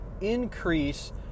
increase